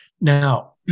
Now